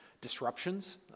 disruptions